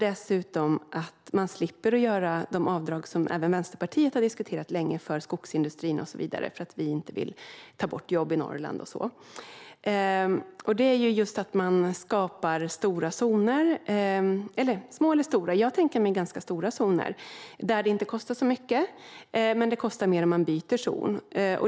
Dessutom slipper man göra de avdrag som även Vänsterpartiet har diskuterat länge för skogsindustrin och så vidare för att vi inte vill ta bort jobb i Norrland och så vidare. Det handlar just om att man skapar små eller stora zoner - jag tänker mig ganska stora zoner - där det inte kostar så mycket. Men det kostar mer om man byter zon.